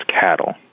cattle